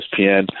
ESPN